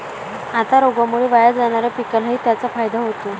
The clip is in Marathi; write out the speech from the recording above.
आता रोगामुळे वाया जाणाऱ्या पिकालाही त्याचा फायदा होतो